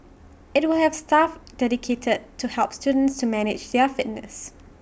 IT will have staff dedicated to help students manage their fitness